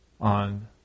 on